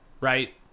Right